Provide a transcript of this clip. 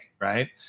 Right